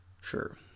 Sure